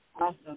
awesome